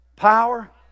Power